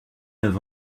neuf